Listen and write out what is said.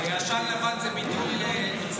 עשן לבן זה ביטוי לנוצרים.